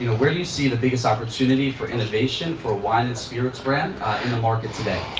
where do you see the biggest opportunity for innovation for wine and spirits brand in the market today?